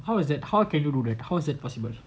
how is that how can you do that how is it possible